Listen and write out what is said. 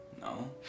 No